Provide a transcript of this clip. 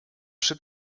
przy